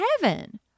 heaven